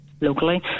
locally